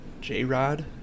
J-Rod